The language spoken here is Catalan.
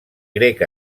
grec